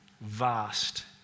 vast